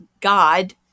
God